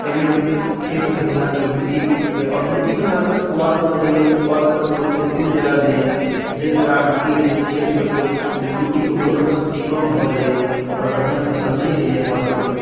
तभी हम खेत खलिहानके मिट्टीके आ मिट्टीमे जहाँ तक पुआलसभ होइया तऽ पुआलसभके लोग खेतेमे जला दै यऽ जाहि के कारण की होइ छै खेतसभके मिट्टीक उर्वरक शक्ति कम भऽ जाइया आओर बढ़िआँ फसल नहि होइया हमरसभके